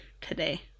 today